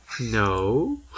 No